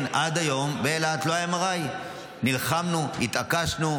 כן, עד היום באילת לא היה MRI. נלחמנו, התעקשנו.